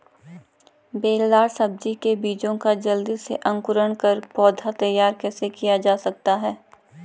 बेलदार सब्जी के बीजों का जल्दी से अंकुरण कर पौधा तैयार कैसे किया जा सकता है?